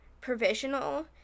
provisional